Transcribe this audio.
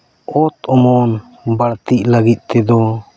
ᱠᱷᱚᱛ ᱠᱚᱦᱚᱸ ᱵᱟᱹᱲᱛᱤᱜ ᱞᱟᱹᱜᱤᱫ ᱛᱮᱫᱚ